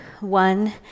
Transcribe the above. one